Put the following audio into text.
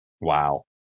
Wow